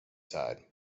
tide